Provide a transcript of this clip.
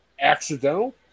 accidental